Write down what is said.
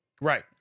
right